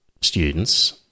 students